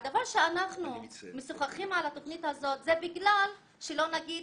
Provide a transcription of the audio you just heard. הדבר שאנחנו משוחחים על התוכנית הזאת זה בגלל שלא נגיד,